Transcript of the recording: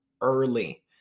early